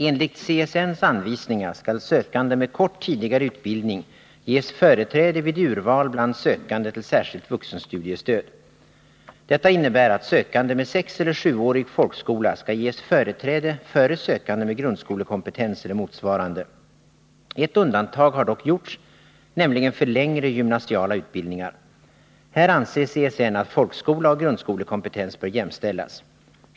Enligt CSN:s anvisningar skall sökande med kort tidigare utbildning ges företräde vid urval bland sökande till särskilt vuxenstudiestöd. Detta innebär att sökande med sexeller sjuårig folkskola skall ges företräde före sökande med grundskolekompetens eller motsvarande. Ett undantag har dock gjorts, nämligen för längre gymnasiala utbildningar. Här anser CSN att folkskola och grundskolekompetens bör jämställas.